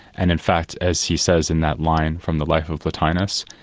and in fact as he says in that line from the life of plotinus,